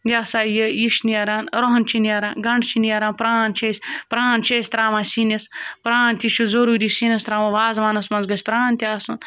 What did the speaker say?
یہِ ہَسا یہِ یہِ چھِ نیران رۄہَن چھِ نیران گَنٛڈٕ چھِ نیران پرٛان چھِ أسۍ پرٛان چھِ أسۍ ترٛاوان سِنِس پرٛان تہِ چھُ ضروری سِنِس ترٛاوُن وازوانَس منٛز گژھِ پرٛان تہِ آسُن